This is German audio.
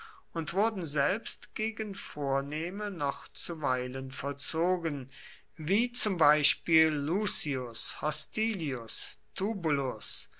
und wurden selbst gegen vornehme noch zuweilen vollzogen wie zum beispiel lucius hostilius